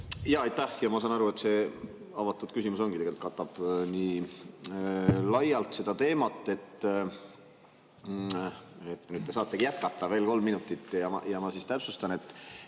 Ma saan aru, et see avatud küsimus tegelikult katabki nii laialt seda teemat, et nüüd te saategi jätkata veel kolm minutit. Ma täpsustan: kui